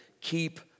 keep